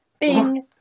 Bing